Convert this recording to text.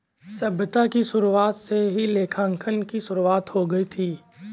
सभ्यता की शुरुआत से ही लेखांकन की शुरुआत हो गई थी